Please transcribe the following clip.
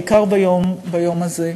בעיקר היום הזה.